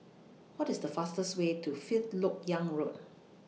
What IS The fastest Way to Fifth Lok Yang Road